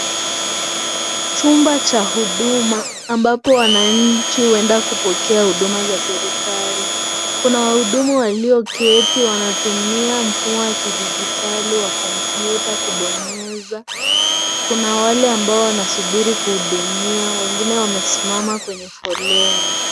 Chumba cha huduma ambapo wananchi huenda kupokea huduma za serikali, kuna wahudumu walioketi wanatumia mfumo wa kidigitali wa kompyuta kubonyeza, kuna wale ambao wanasubiri kuhudumia, wengine wamesimama kwenye foleni.